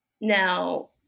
now